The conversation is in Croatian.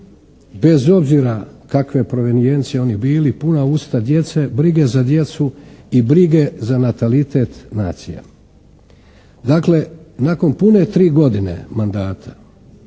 bez obzira kakve provenijencije oni bili puna usta djece, brige za djecu i brige za natalitet nacije. Dakle nakon pune tri godina mandata,